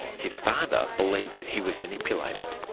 his father believes he was manipulated.